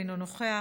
אינו נוכח,